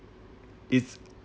its